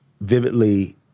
vividly